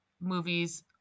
movies